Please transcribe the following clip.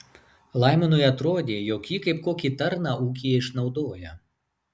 laimonui atrodė jog jį kaip kokį tarną ūkyje išnaudoja